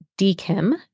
DKIM